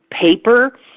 paper